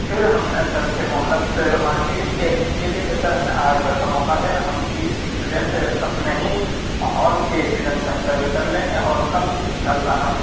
پھر ہم نے سر سے مہلت مانگی ایک دن کے لیے کہ سر ہمیں آج بھر کا موقع دیں ہم بیس اسٹوڈینٹ اپنے ہی ہال کے اسٹوڈینٹ سے ہم سروے کرلیں گے اور کل ان شاء اللہ ہم